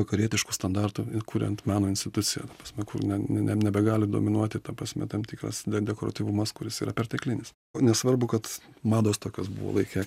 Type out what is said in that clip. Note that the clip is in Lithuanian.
vakarietiškų standartų ir kuriant meno instituciją ta prasme kur ne nebegalim dominuoti ta prasme tam tikras dekoratyvumas kuris yra perteklinis nes svarbu kad mados tokios buvo laike